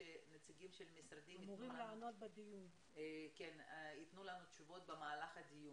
שהנציגים של המשרדים ייתנו לנו תשובות במהלך הדיון.